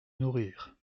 nourrir